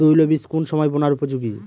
তৈল বীজ কোন সময় বোনার উপযোগী?